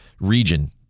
region